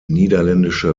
niederländische